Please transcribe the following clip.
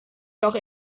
doch